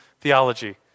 theology